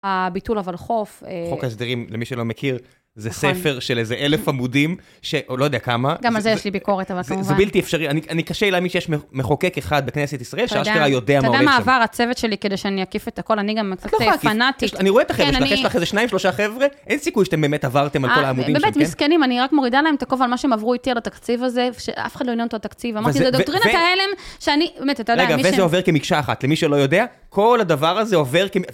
הביטול הוולחוף. חוק הסדרים, למי שלא מכיר, זה ספר של איזה אלף עמודים, שלא יודע כמה. גם על זה יש לי ביקורת, אבל כמובן. זה בלתי אפשרי, אני קשה לי להאמין שיש מחוקק אחד בכנסת ישראל, שאשכרה יודע מה הולך שם. אתה יודע מה עבר הצוות שלי כדי שאני אקיף את הכל? אני גם קצת הייתי פנאטית. אני רואה את החבר'ה שלך, יש לך איזה שניים, שלושה חבר'ה, אין סיכוי שאתם באמת עברתם על כל העמודים שלכם. מסכנים, אני רק מורידה להם את הכובע על מה שהם עברו איתי על התקציב הזה, שאף אחד לא עניין אותו תקציב. אמרתי, זה דוקטרינת ההלם, שאני... רגע, וזה עובר כמקשה אחת. למי שלא יודע, כל הדבר הזה עובר כמקשה אחת.